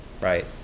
right